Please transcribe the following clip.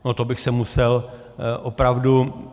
To bych se musel opravdu...